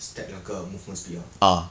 stack 两个 movements P_R